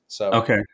Okay